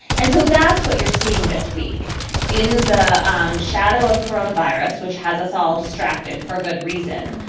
and so that's what you're seeing this week in the um shadow of coronavirus, which has us all distracted for good reason.